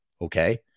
okay